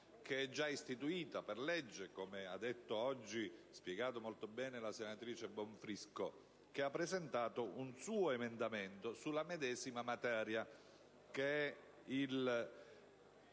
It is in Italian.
che è già istituita per legge, come ha spiegato oggi molto bene la senatrice Bonfrisco, che ha presentato un suo emendamento sulla medesima materia, il